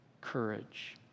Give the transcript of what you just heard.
courage